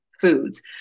foods